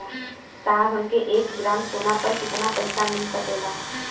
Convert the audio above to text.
साहब हमके एक ग्रामसोना पर कितना पइसा मिल सकेला?